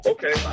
Okay